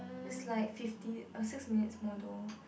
it's like fifty a six minutes model